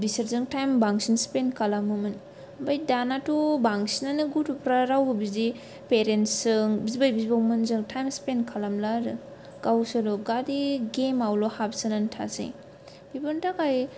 बिसोरजों टाइम बांसिन स्पेन्ड खालामोमोन आमफ्राय दानाथ' बांसिनाथ' गथफ्रा बिदि पेरेन्टस जों बिबै बिबौमोनजों टाइम स्पेन्ड खालामला आरो गावसोरो खालि गेमावल' हाबसोना थासै बेफोरनि थाखाय